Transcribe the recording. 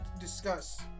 discuss